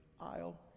aisle